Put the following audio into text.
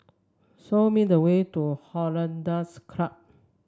show me the way to Hollandse Club